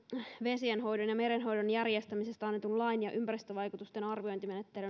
vesienhoidon ja merenhoidon järjestämisestä annetun lain ja ympäristövaikutusten